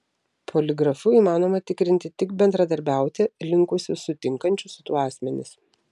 poligrafu įmanoma tikrinti tik bendradarbiauti linkusius sutinkančius su tuo asmenis